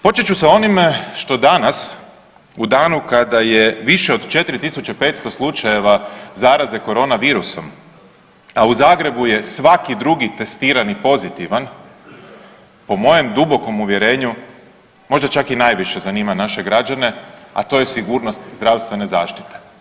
Počet ću sa onim što danas u danu kada je više od 4500 slučajeva zaraze korona virusom, a u Zagrebu je svaki drugi testirani pozitivan, po mojem dubokom uvjerenju možda čak i najviše zanima naše građane, a to je sigurnost zdravstvene zaštite.